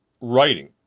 writing